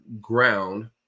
ground